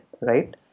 right